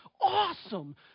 awesome